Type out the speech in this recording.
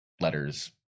letters